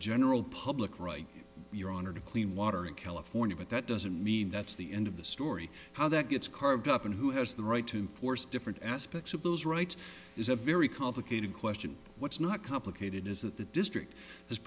general public right your honor to clean water in california but that doesn't mean that's the end of the story how that gets carved up and who has the right to enforce different aspects of those rights is a very complicated question what's not complicated is that the district has